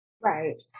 Right